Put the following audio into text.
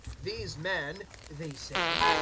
these men, they said,